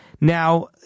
Now